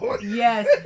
Yes